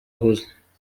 ahuze